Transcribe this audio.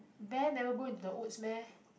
bear never go into the woods meh